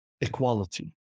equality